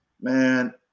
man